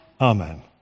Amen